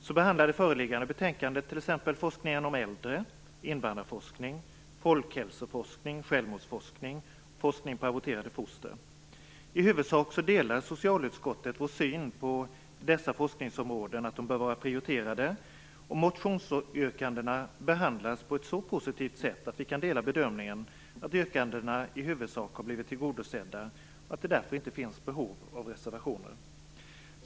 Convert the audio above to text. Så behandlas i det föreliggande betänkandet t.ex. forskningen om äldre, invandrarforskning, folkhälsoforskning, självmordsforskning och forskning på aborterade foster. I huvudsak delar socialutskottet vår syn på att dessa forskningsområden bör vara prioriterade, och motionsyrkandena behandlas på ett så positivt sätt att vi kan dela bedömningen att yrkandena i huvudsak har blivit tillgodosedda och att det därför inte finns behov av reservationer.